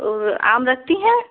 और आम रखती हैं